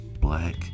black